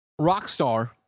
Rockstar